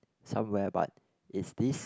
somewhere but it's this